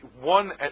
one